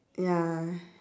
ya